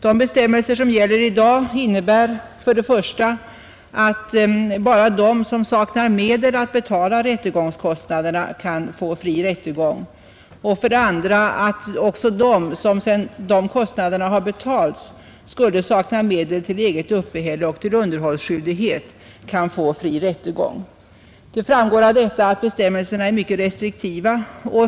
De bestämmelser som gäller i dag innebär för det första att bara de som saknar medel att betala rättegångskostnaderna kan få fri rättegång och för det andra att också de som, sedan dessa kostnader har betalats, skulle sakna medel till eget uppehälle och underhållsskyldighet, kan få fri rättegång. Det framgår av detta att bestämmelserna är mycket restriktiva.